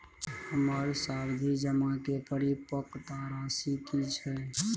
हमर सावधि जमा के परिपक्वता राशि की छै?